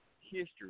history